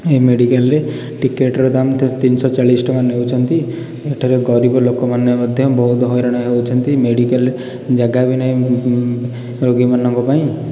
ଏହି ମେଡ଼ିକାଲରେ ଟିକେଟ୍ର ଦାମ୍ ତିନି ଶହ ଚାଳିଶି ଟଙ୍କା ନେଉଛନ୍ତି ଏଠାରେ ଗରିବ ଲୋକମାନେ ମଧ୍ୟ ବହୁତ ହଇରାଣ ହେଉଛନ୍ତି ମେଡ଼ିକାଲରେ ଜାଗା ବି ନାହିଁ ରୋଗୀମାନଙ୍କ ପାଇଁ